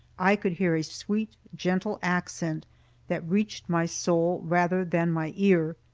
i could hear a sweet, gentle accent that reached my soul rather than my ear.